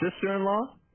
Sister-in-law